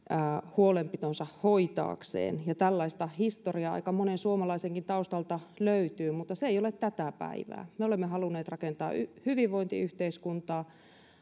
huolenpitonsa hoitaakseen ja tällaista historiaa aika monen suomalaisenkin taustalta löytyy mutta se ei ole tätä päivää me olemme halunneet rakentaa hyvinvointiyhteiskuntaa